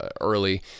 early